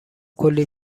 کلی